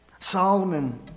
Solomon